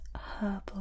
herbal